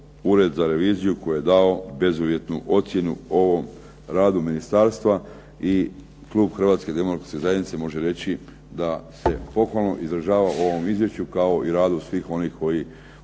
Ured za reviziju koji je dao bezuvjetnu ocjenu ovom radu ministarstva i klub Hrvatske demokratske zajednice može reći da se pohvalno izražava o ovom izvješću kao i radu svih onih koji